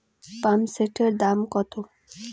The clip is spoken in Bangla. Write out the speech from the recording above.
পাম্পসেটের দাম কত?